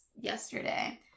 yesterday